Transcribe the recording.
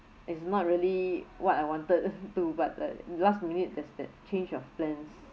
it's not really what I wanted to but uh last minute there's that change of plans